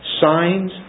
Signs